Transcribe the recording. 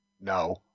No